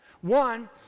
One